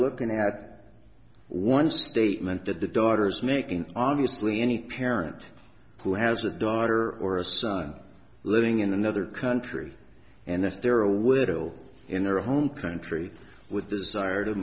looking at one statement that the daughter is making obviously any parent who has a daughter or a son living in another country and if there are a widow in their home country with desire to